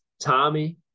Tommy